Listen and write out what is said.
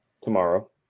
tomorrow